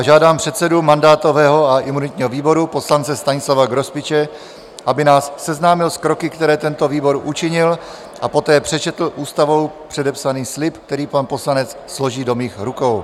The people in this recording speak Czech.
Žádám předsedu mandátového a imunitního výboru, poslance Stanislava Grospiče, aby nás seznámil s kroky, které tento výbor učinil, a poté přečetl Ústavou předepsaný slib, který pan poslanec složí do mých rukou.